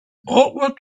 awkward